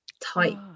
type